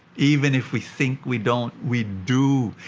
even if we think we don't. we do!